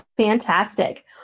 Fantastic